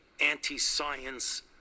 anti-science